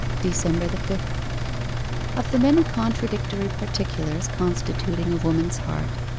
december the fifth of the many contradictory particulars constituting a woman's heart,